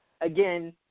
again